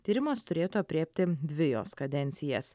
tyrimas turėtų aprėpti dvi jos kadencijas